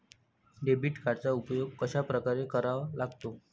Debit कार्डचा उपयोग कशाप्रकारे करावा लागतो?